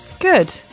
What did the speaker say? Good